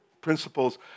principles